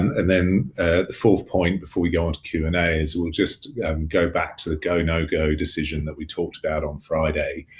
and then the fourth point before we go on to q and a is we'll just go back to the go, no-go decision that we talked about on friday,